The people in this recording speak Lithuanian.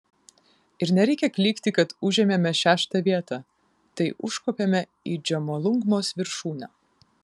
ir nereikia klykti kad užėmėme šeštą vietą tai užkopėme į džomolungmos viršūnę